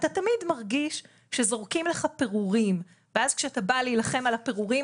אתה תמיד מרגיש שזורקים לך פירורים ואז כשאתה בא להילחם על הפירורים